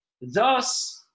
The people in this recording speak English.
thus